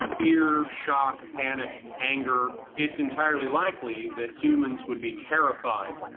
beer shock panic anger it's entirely likely that humans would be terrified